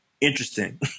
interesting